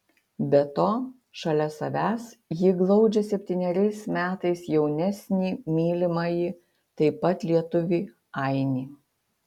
be to šalia savęs ji glaudžia septyneriais metais jaunesnį mylimąjį taip pat lietuvį ainį